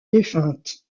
défunte